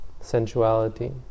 sensuality